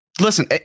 Listen